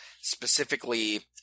specifically